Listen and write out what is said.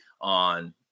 on